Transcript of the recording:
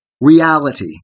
reality